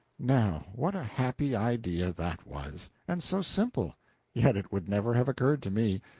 now what a happy idea that was and so simple yet it would never have occurred to me.